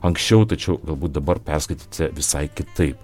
anksčiau tačiau galbūt dabar perskaitysite visai kitaip